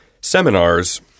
seminars